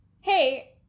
hey